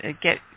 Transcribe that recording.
get